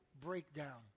breakdown